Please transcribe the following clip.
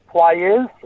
players